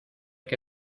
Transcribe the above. que